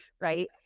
Right